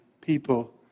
people